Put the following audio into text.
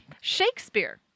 Shakespeare